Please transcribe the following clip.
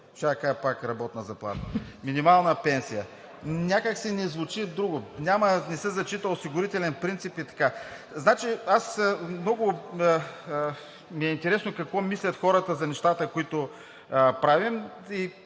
да кажа пак работна заплата. Минимална пенсия! Някак си не звучи. Не се зачита осигурителен принцип и така. Много ми е интересно какво мислят хората за нещата, които правим.